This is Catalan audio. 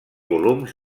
volums